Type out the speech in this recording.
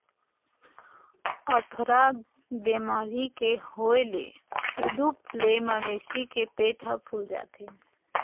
अफरा बेमारी के होए ले उदूप ले मवेशी के पेट ह फूल जाथे